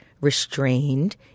restrained